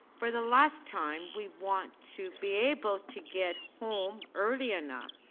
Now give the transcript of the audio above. for the last time, we want to be able to get home early enough.